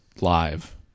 live